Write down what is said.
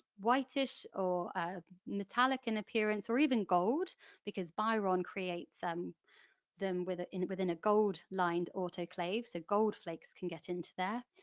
whitish or metallic in appearance or even gold because biron creates them them within a gold lined autoclave so gold flakes can get into there.